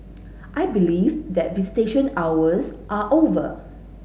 I believe that visitation hours are over